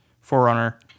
Forerunner